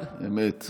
אמת.